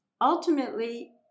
ultimately